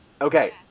Okay